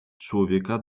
człowieka